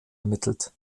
ermittelt